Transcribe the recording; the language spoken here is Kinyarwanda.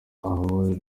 abo